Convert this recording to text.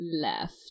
left